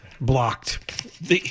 blocked